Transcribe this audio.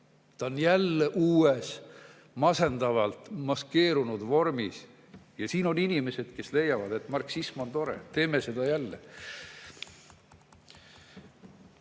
Ta on jälle uues, masendavalt maskeerunud vormis. Ja siin on inimesed, kes leiavad, et marksism on tore. Teeme seda jälle.